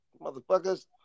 motherfuckers